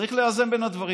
וצריך לאזן בין הדברים.